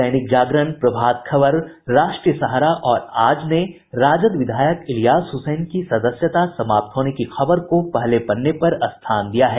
दैनिक जागरण प्रभात खबर राष्ट्रीय सहारा और आज ने राजद विधायक इलियास हुसैन की सदस्यता समाप्त होने की खबर को पहले पन्ने पर स्थान दिया है